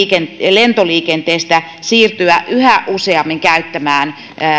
lentoliikenteestä siirtyä yhä useammin käyttämään